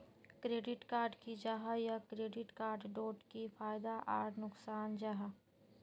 Credit की जाहा या क्रेडिट कार्ड डोट की फायदा आर नुकसान जाहा?